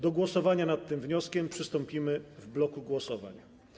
Do głosowania nad tym wnioskiem przystąpimy w bloku głosowań.